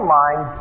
mind